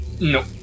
No